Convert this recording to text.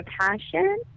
passion